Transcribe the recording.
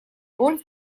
роль